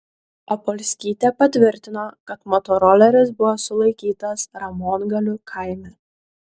apolskytė patvirtino kad motoroleris buvo sulaikytas ramongalių kaime